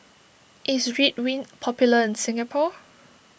is Ridwind popular in Singapore